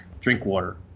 Drinkwater